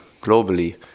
globally